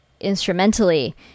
instrumentally